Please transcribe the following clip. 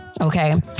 Okay